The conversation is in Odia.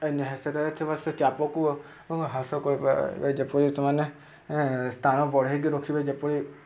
ଏ ସେଠାରେ ଥିବା ସେ ଚାପକୁ ହ୍ରାସ କରିପାରିବେ ଯେପରି ସେମାନେ ସ୍ଥାନ ବଢ଼େଇକି ରଖିବେ ଯେପରି